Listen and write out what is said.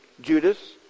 Judas